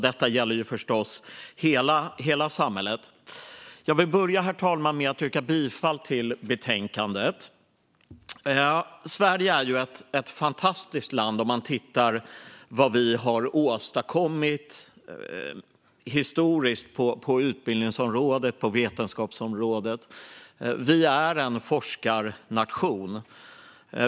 Detta gäller förstås hela samhället. Herr talman! Jag börjar med att yrka bifall till förslaget i betänkandet. Sverige är ett fantastiskt land om vi tittar på vad som har åstadkommits historiskt på utbildnings och vetenskapsområdet. Sverige är en forskarnation.